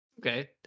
Okay